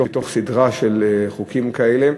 בתוך סדרה של חוקים כאלה.